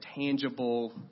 tangible